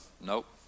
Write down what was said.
nope